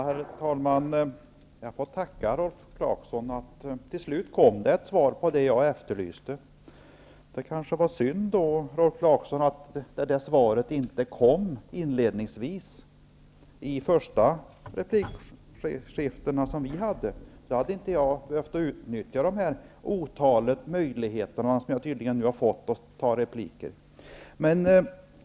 Herr talman! Jag tackar Rolf Clarkson för att det till slut kom ett svar på det jag efterlyste. Det var synd, Rolf Clarkson, att svaret inte kom inledningsvis i vårt första replikskifte. Då hade jag inte behövt utnyttja det otal möjligheter -- som jag tydligen har fått att ta repliker.